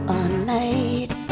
unmade